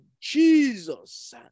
Jesus